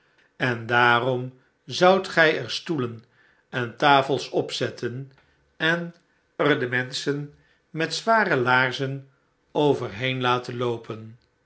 en daarom zoudt gij er stoelen en tafels op zetten en er menschen met zware laarzen overheen laten loopen